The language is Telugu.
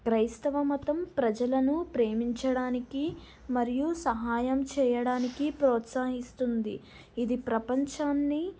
క్రైస్తవ మతం ప్రజలను ప్రేమించడానికి మరియు సహాయం చేయడానికి ప్రోత్సాహిస్తుంది ఇది ప్రపంచాన్ని